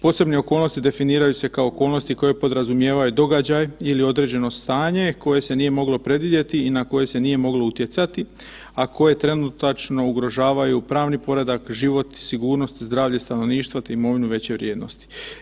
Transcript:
Posebne okolnosti definiraju se kao okolnosti koje podrazumijevaju događaj ili određeno stanje koje se nije moglo predvidjeti i na koje se nije moglo utjecati, a koje trenutačno ugrožavaju pravni poredak, život, sigurnost i zdravlje stanovništva te imovinu veće vrijednosti.